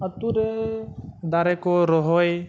ᱟᱹᱛᱩ ᱨᱮ ᱫᱟᱨᱮ ᱠᱚ ᱨᱚᱦᱚᱭ